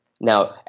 Now